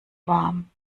warm